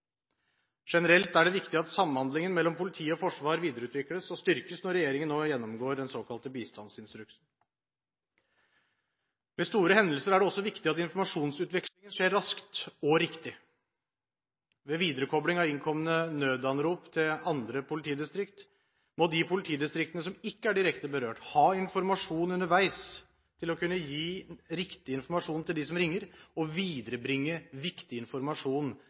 Generelt er det viktig at samhandlingen mellom politi og forsvar videreutvikles og styrkes når regjeringen nå gjennomgår den såkalte bistandsinstruksen. Ved store hendelser er det også viktig at informasjonsutvekslingen skjer raskt og riktig. Ved viderekobling av innkomne nødanrop til andre politidistrikter må de politidistriktene som ikke er direkte berørt, ha informasjon underveis for å kunne gi riktig informasjon til dem som ringer, og for å viderebringe viktig informasjon